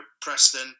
Preston